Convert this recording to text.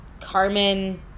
Carmen